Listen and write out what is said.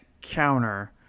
counter